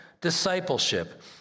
discipleship